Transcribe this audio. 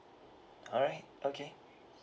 alright okay